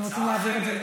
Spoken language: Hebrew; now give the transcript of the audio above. הצעה אחרת,